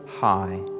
high